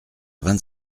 vingt